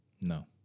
no